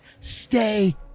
stay